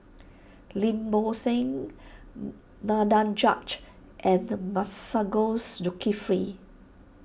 Lim Bo Seng Danaraj and Masagos Zulkifli